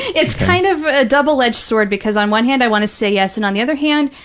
it's kind of a double-edged sword because, on one hand, i want to say yes and, on the other hand,